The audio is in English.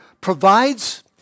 provides